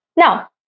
now